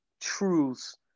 truths